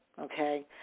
Okay